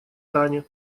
тане